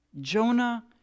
Jonah